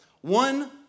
One